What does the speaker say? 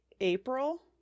April